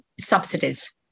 subsidies